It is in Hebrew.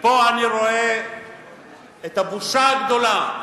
ופה אני רואה את הבושה הגדולה